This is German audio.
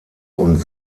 und